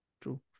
True